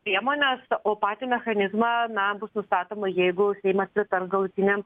priemones o patį mechanizmą na bus nustatoma jeigu seimas pritars galutiniam